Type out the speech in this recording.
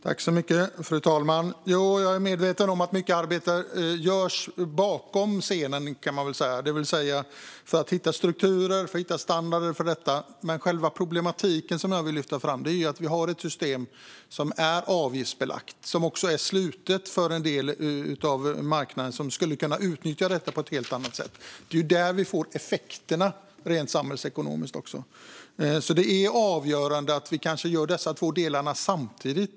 Fru talman! Jag är medveten om att mycket arbete görs bakom scenen för att hitta strukturer och standarder för detta. Men själva problematiken som jag vill lyfta fram är att vi har ett system som är avgiftsbelagt. Det är också slutet för en del av marknaden som skulle kunna utnyttja detta på ett helt annat sätt. Det är också där vi rent samhällsekonomiskt får effekterna. Det är avgörande att vi kanske gör dessa två delar samtidigt.